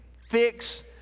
Fix